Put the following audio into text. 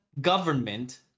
government